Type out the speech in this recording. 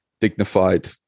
dignified